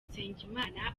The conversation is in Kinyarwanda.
nsengimana